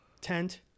tent